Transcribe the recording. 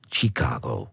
Chicago